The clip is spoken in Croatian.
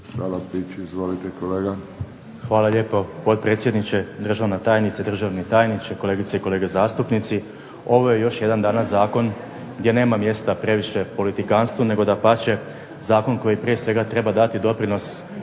Hvala lijepo potpredsjedniče, državna tajnice, državni tajniče, kolegice i kolege zastupnici. Ovo je još jedan danas zakon gdje nema mjesta previše politikanstvu, nego dapače zakon koji prije svega treba dati doprinos